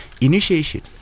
initiation